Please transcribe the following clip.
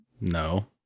No